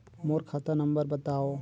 मोर खाता नम्बर बताव?